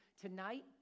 tonight